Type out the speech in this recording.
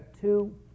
two